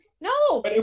No